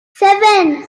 seven